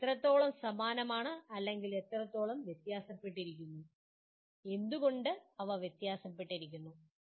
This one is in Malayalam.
അവ എത്രത്തോളം സമാനമാണ് അല്ലെങ്കിൽ അവ എത്രത്തോളം വ്യത്യാസപ്പെട്ടിരിക്കുന്നു എന്തുകൊണ്ട് അവ വ്യത്യാസപ്പെട്ടിരിക്കുന്നു